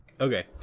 okay